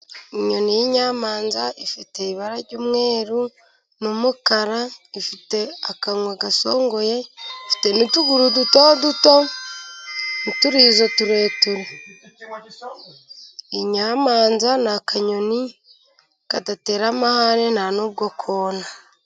Inyoni y'inyamanza ifite ibara ry'umweru n'umukara, ifite akanwa gasongoye, ifite n'utuguru dutoduto n'uturizo tureture, inyamanza ni akanyoni kadatera amahane nta n'ubwo kona.